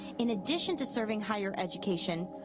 in addition to serving higher education,